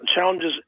challenges